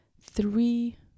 three